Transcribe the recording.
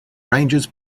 rangers